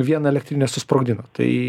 vieną elektrinę susprogdino tai